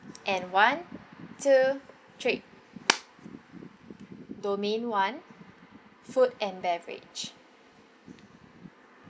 and one two three domain one food and beverage